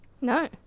No